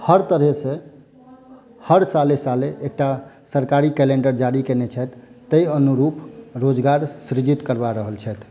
हर तरह से हर साले साले एकटा सरकारी कैलेंडर जारी कयने छथि तै अनुरूपे रोजगार सृजित करबा रहल छथि